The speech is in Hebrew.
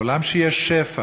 בעולם שיש בו שפע,